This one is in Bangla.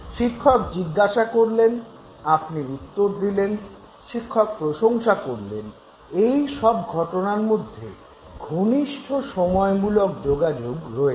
শিক্ষক জিজ্ঞাসা করলেন আপনি উত্তর দিলেন শিক্ষক প্রশংসা করলেন - এই সব ঘটনার মধ্যে ঘনিষ্ঠ সময়মূলক যোগাযোগ রয়েছে